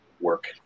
work